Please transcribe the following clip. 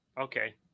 okay